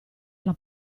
alla